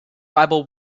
tribal